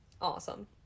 awesome